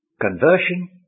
conversion